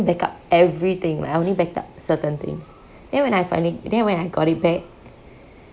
backup everything I only backed up certain things then when I finally then when I got it back